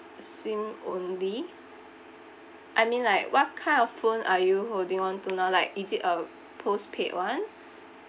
SIM only I mean like what kind of phone are you holding on to now like is it a postpaid [one]